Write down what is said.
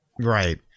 Right